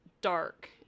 dark